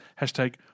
Hashtag